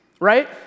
right